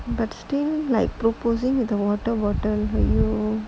but still like proposing with water bottle very